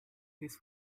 his